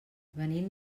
venim